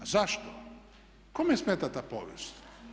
A zašto, kome smeta ta povijest?